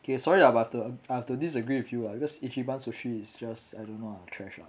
okay sorry lah but I have to I have to disagree with you lah because ichiban sushi is just I don't know trash lah